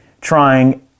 trying